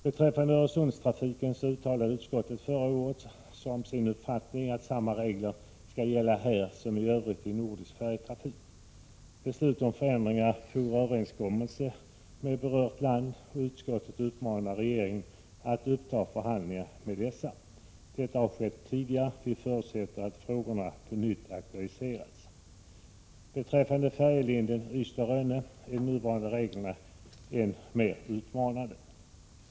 Beträffande Öresundstrafiken uttalade utskottet förra året som sin uppfattning att samma regler skall gälla här som i övrigt i nordisk färjetrafik. Beslut om förändringar fordrar överenskommelse med berört land och 123 utskottet uppmanar regeringen att uppta förhandlingar med dessa. Detta har skett tidigare, och vi förutsätter att frågorna på nytt aktualiseras. Beträffande färjelinjen Ystad— Rönne är nuvarande regler än mer utmanande.